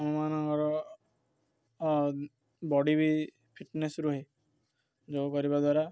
ଆମମାନଙ୍କର ବଡ଼ି ବି ଫିଟନେସ୍ ରୁହେ ଯୋଗ କରିବା ଦ୍ୱାରା